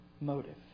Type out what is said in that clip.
motive